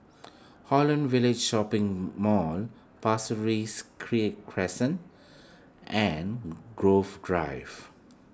Holland Village Shopping Mall Pasir Ris Cri and Grove Drive